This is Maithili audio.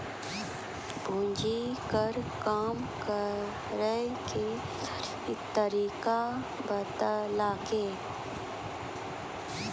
पूंजी कर कम करैय के तरीका बतैलकै